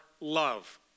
love